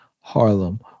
Harlem